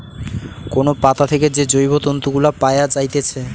কোন পাতা থেকে যে জৈব তন্তু গুলা পায়া যাইতেছে